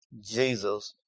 Jesus